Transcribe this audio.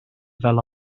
fel